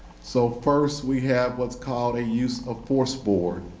so first we have what's called a use of force board.